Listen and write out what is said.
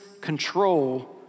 control